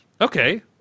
Okay